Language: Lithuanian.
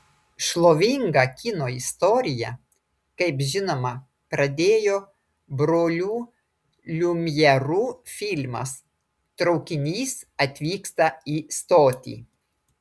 šlovingą kino istoriją kaip žinoma pradėjo brolių liumjerų filmas traukinys atvyksta į stotį